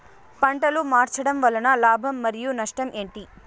పంటలు మార్చడం వలన లాభం మరియు నష్టం ఏంటి